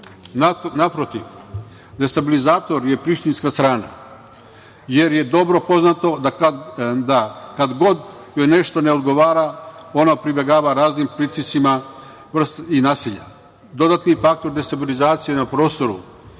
Naprotiv, destabilizator je prištinska strana, jer je dobro poznato da kada god joj nešto ne odgovara, ona pribegava raznim pritiscima i nasilja. Dodatni faktor destabilizacije na prostoru